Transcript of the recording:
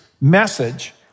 Message